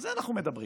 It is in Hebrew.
על זה אנחנו מדברים.